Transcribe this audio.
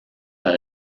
par